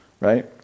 right